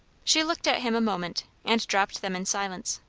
she looked at him a moment, and dropped them in silence.